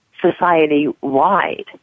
society-wide